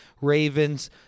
Ravens